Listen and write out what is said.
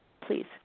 please